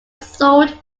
sold